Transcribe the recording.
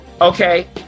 okay